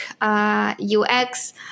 UX